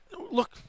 Look